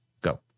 go